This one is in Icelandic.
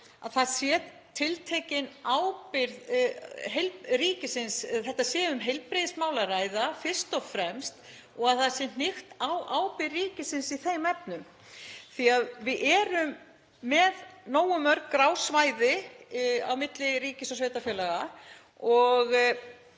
að það sé tiltekin ábyrgð ríkisins, að það sé um heilbrigðismál að ræða fyrst og fremst og að það sé hnykkt á ábyrgð ríkisins í þeim efnum. Við erum með nógu mörg grá svæði á milli ríkis og sveitarfélaga og